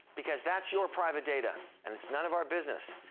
because that's your private data. and it's none of our business.